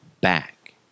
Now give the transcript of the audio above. back